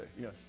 Yes